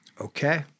Okay